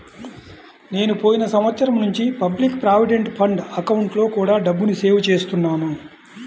నేను పోయిన సంవత్సరం నుంచి పబ్లిక్ ప్రావిడెంట్ ఫండ్ అకౌంట్లో కూడా డబ్బుని సేవ్ చేస్తున్నాను